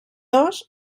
dos